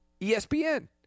ESPN